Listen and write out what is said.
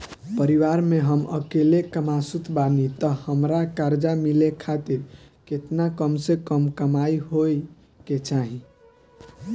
परिवार में हम अकेले कमासुत बानी त हमरा कर्जा मिले खातिर केतना कम से कम कमाई होए के चाही?